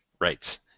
Right